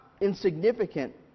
insignificant